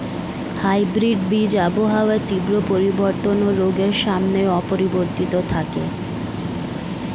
hybrid বীজ আবহাওয়ার তীব্র পরিবর্তন ও রোগের সামনেও অপরিবর্তিত থাকে